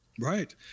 Right